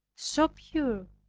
so pure,